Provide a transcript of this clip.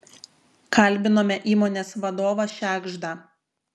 kalbinome įmonės vadovą šegždą